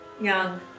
Young